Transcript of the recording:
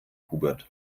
hubert